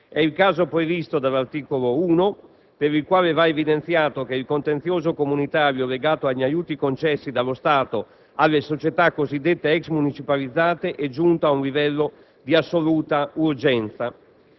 È il caso previsto dall'articolo 1, per il quale va evidenziato che il contenzioso comunitario legato agli aiuti concessi dallo Stato alle società cosiddette ex municipalizzate è giunto a un al livello di assoluta urgenza.